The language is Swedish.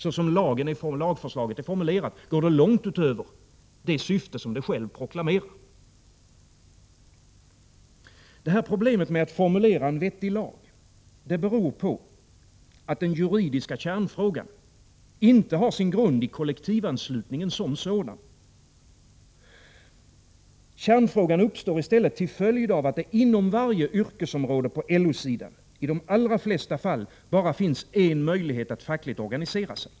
Såsom lagförslaget är formulerat går det långt utöver det syfte som det självt proklamerar. Problemet med att formulera en vettig lag beror på att den juridiska kärnfrågan inte har sin grund i kollektivanslutningen som sådan. Kärnfrågan uppstår i stället till följd av att det inom varje yrkesområde på LO-sidan i de flesta fall bara finns en möjlighet att fackligt organisera sig.